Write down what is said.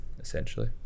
essentially